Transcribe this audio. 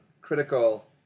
critical